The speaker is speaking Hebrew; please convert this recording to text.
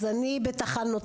אז אני בתחנותיי,